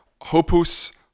Hopus